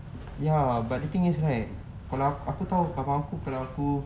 ya but the thing is right kalau aku tahu abang aku kalau aku